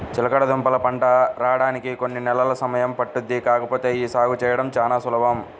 చిలకడదుంపల పంట రాడానికి కొన్ని నెలలు సమయం పట్టుద్ది కాకపోతే యీ సాగు చేయడం చానా సులభం